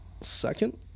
second